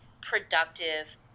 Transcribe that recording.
productive